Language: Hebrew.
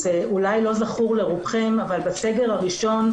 זה אולי לא זכור לרובכם, אבל בסגר הראשון,